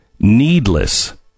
Needless